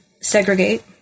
segregate